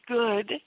good